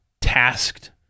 tasked